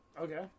Okay